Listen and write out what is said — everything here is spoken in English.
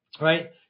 Right